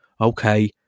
okay